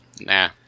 Nah